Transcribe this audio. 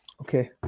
Okay